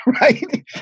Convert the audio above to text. right